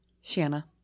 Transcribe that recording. Shanna